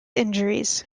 injuries